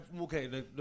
okay